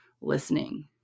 listening